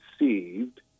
received